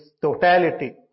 totality